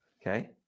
Okay